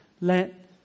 let